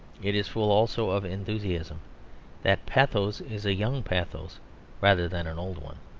it is full also of enthusiasm that pathos is a young pathos rather than an old one.